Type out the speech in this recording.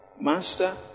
Master